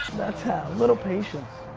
that's how, a little patience.